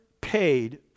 paid